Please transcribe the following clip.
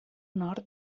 nord